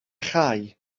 chau